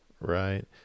Right